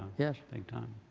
yes. big time.